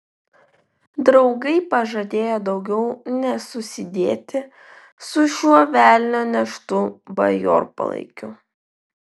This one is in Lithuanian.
draugai pažadėjo daugiau nesusidėti su šiuo velnio neštu bajorpalaikiu